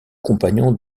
compagnons